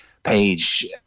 page